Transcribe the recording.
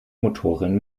motoren